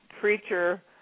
preacher